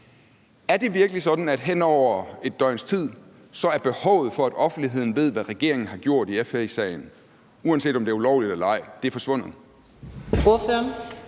Er det virkelig sådan, at hen over et døgns tid er behovet for, at offentligheden ved, hvad regeringen har gjort i FE-sagen, uanset om det er ulovligt eller ej, forsvundet?